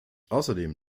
außerdem